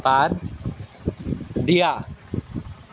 বাদ দিয়া